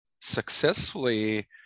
successfully